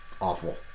awful